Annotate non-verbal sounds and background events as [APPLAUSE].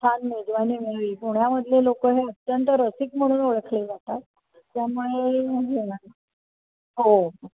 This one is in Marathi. छान मेजवानी मिळली पुण्यामधले लोक हे अत्यंत रसिक म्हणून ओळखले जातात त्यामुळे [UNINTELLIGIBLE] हो